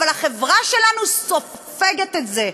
אבל החברה שלנו סופגת את זה.